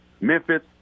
Memphis